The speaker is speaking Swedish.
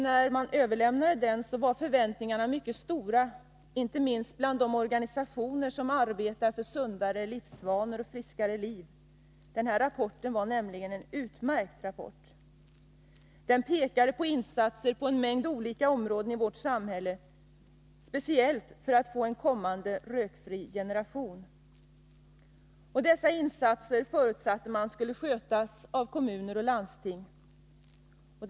Förväntningarna var då mycket stora, inte minst bland de organisationer som arbetar för sundare livsvanor och friskare liv. Rapporten var nämligen utmärkt. Den pekade på insatser på en mängd olika områden i vårt samhälle, speciellt för att man skulle få en kommande rökfri generation. Man förutsatte att kommuner och landsting skulle svara för dessa insatser.